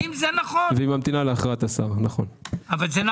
והיא ממתינה להכרעת השר, כן.